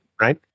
right